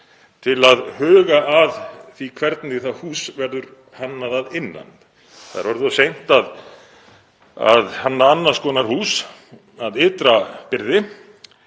til að huga að því hvernig það hús verður hannað að innan. Það er orðið of seint að hanna annars konar hús að ytra byrði